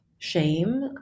shame